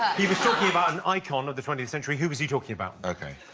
he was talking about an icon of the twentieth century. who was he talking about? ok.